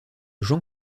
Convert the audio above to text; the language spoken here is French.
jean